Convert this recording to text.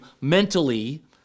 mentally